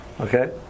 Okay